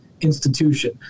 institution